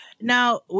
Now